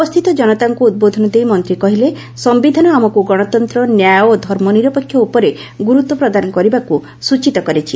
ଉପସ୍ଥିତ ଜନତାଙ୍କୁ ଉଦବୋଧନ ଦେଇ ମନ୍ତୀ କହିଲେ ସମିଧାନ ଆମକୁ ଗଶତନ୍ତ ନ୍ୟାୟ ଓ ଧର୍ମନିରପେକ୍ଷ ଉପରେ ଗୁରୁତ୍ୱ ପ୍ରଦାନ କରିବାକୁ ସୂଚିତ କରିଛି